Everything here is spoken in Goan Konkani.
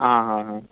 आं हां हां